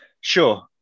Sure